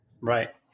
Right